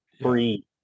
free